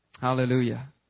Hallelujah